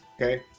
okay